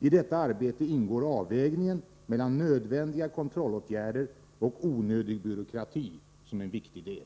I detta arbete ingår avvägningen mellan nödvändiga kontrollåtgärder och onödig byråkrati som en viktig del.